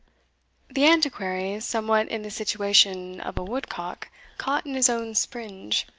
the antiquary, somewhat in the situation of a woodcock caught in his own springe,